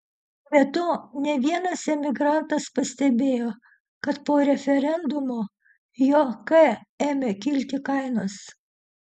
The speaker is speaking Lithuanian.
be to ne vienas emigrantas pastebėjo kad po referendumo jk ėmė kilti kainos